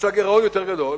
שהגירעון יותר גדול,